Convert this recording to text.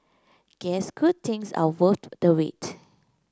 guess good things are worth the wait